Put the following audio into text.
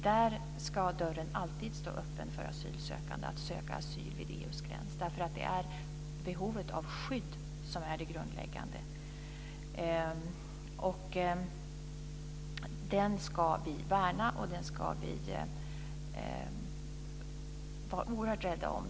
Där ska dörren alltid stå öppen för asylsökande att söka asyl, därför att behovet av skydd är det grundläggande. Denna absoluta rätt att söka asyl ska vi värna och vara oerhört rädda om.